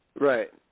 Right